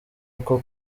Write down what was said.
uko